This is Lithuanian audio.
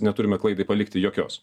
neturime klaidai palikti jokios